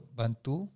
bantu